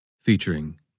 featuring